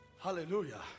hallelujah